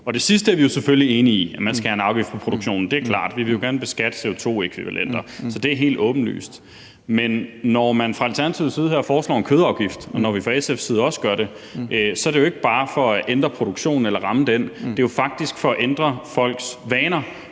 Og det sidste er vi selvfølgelig enige i, altså at man skal have en afgift på produktionen – det er klart. Vi vil jo gerne beskatte CO2-ækvivalenter, så det er helt åbenlyst. Men når man fra Alternativets side her foreslår en kødafgift, og når vi fra SF's side også gør det, er det jo ikke bare for at ændre produktionen eller ramme den. Det er jo faktisk for at ændre folks vaner,